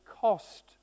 cost